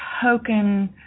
token